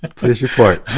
and please report.